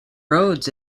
roads